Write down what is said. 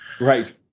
right